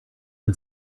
can